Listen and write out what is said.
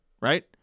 right